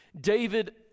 David